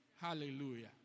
Hallelujah